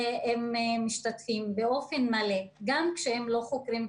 הם משתתפים באופן מלא גם כשהם לא חוקרים קבועים.